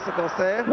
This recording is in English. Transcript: cancer